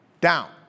down